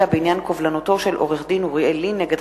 בעניין קובלנתו של מר יריב אופנהיימר,